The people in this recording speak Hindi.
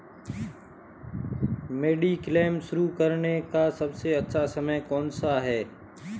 मेडिक्लेम शुरू करने का सबसे अच्छा समय कौनसा है?